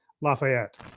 Lafayette